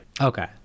Okay